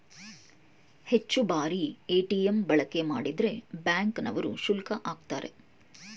ಹೆಚ್ಚು ಬಾರಿ ಎ.ಟಿ.ಎಂ ಬಳಕೆ ಮಾಡಿದ್ರೆ ಬ್ಯಾಂಕ್ ನವರು ಶುಲ್ಕ ಆಕ್ತರೆ